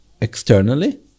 externally